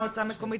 מועצה מקומית,